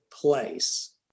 place